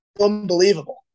Unbelievable